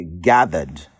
gathered